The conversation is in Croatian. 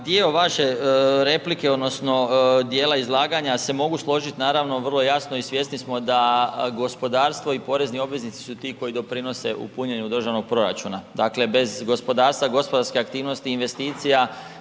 dio vaše replike, odnosno dijela izlaganja se mogu složiti naravno, vrlo jasno i svjesni smo da gospodarstvo i porezni obveznici su ti koji doprinose u punjenju državnog proračuna. Dakle bez gospodarstva, gospodarskih aktivnosti i investicija,